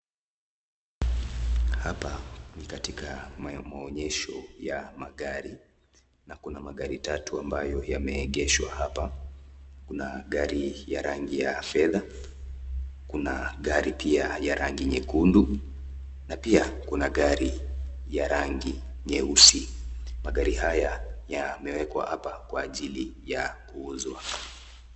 Hapa ni katika maonyesho ya magari na kuna magari tatu ambayo yameegeshwa hapa, kuna gari ya rangi ya fedha, kuna gari pia ya rangi nyekundu na pia kuna gari ya rangi nyeusi. Magari haya yamewekwa hapa kwa ajili ya kuuzwa.